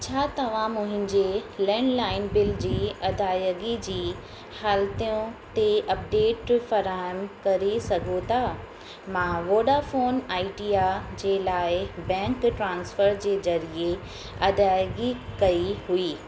छा तव्हां मुहिंजे लैंडलाइन बिल जी अदाइगी जी हालतियूं ते अपडेट फ़राहम करे सघो था मां वोडाफ़ोन आइडिया जे लाइ बैंक ट्रांसफ़र जे ज़रिये अदाइगी कई हुई